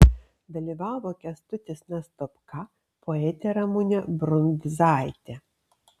dalyvavo kęstutis nastopka poetė ramunė brundzaitė